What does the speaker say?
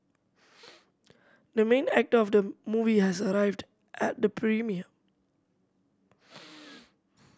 the main actor of the movie has arrived at the premiere